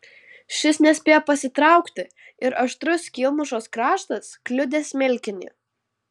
šis nespėjo pasitraukti ir aštrus skylmušos kraštas kliudė smilkinį